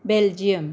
Belgium